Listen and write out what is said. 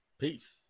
Peace